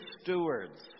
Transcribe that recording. stewards